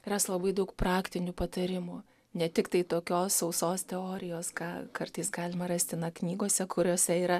ras labai daug praktinių patarimų ne tiktai tokios sausos teorijos ką kartais galima rasti na knygose kuriose yra